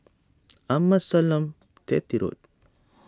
Amasalam Chetty Road